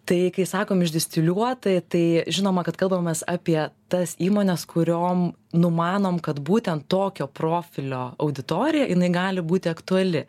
tai kai sakom išdistiliuota tai žinoma kad kalbam mes apie tas įmones kuriom numanom kad būtent tokio profilio auditorija jinai gali būti aktuali